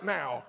now